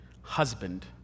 husband